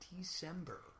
December